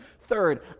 Third